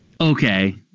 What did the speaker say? Okay